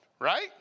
right